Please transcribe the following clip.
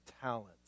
talents